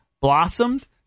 blossomed